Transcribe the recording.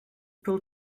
pill